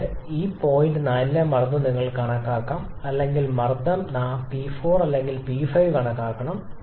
അതായത് ഈ പ്രത്യേക പോയിന്റ് 4 ലെ മർദ്ദം നിങ്ങൾ കണക്കാക്കണം അല്ലെങ്കിൽ സമ്മർദ്ദം P4 അല്ലെങ്കിൽ P5 കണക്കാക്കണം